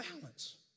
balance